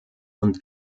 und